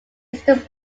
eastern